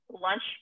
lunch